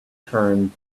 turn